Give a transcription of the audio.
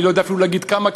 אני לא יודע אפילו להגיד כמה,